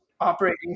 Operating